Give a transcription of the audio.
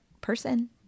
person